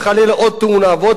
עוד תאונה ועוד תאונה.